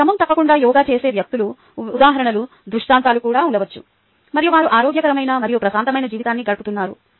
క్రమం తప్పకుండా యోగా చేసే వ్యక్తుల ఉదాహరణలు దృష్టాంతాలు కూడా ఉండవచ్చు మరియు వారు ఆరోగ్యకరమైన మరియు ప్రశాంతమైన జీవితాన్ని గడుపుతున్నారు